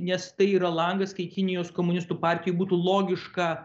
nes tai yra langas kai kinijos komunistų partijai būtų logiška